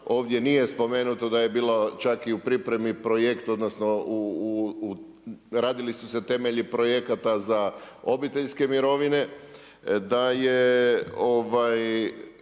ovdje nije spomenuto da je bilo čak i u pripremi projekt odnosno, radili su se temelji projekata za obiteljske mirovine,